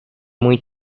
muy